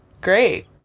Great